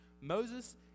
Moses